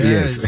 Yes